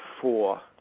four